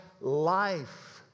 life